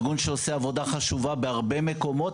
ארגון שעושה עבודה חשובה בהרבה מקומות,